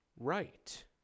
right